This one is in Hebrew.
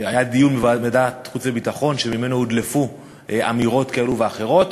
היה דיון בוועדת החוץ והביטחון שממנו הודלפו אמירות כאלו ואחרות,